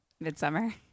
midsummer